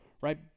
right